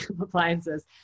appliances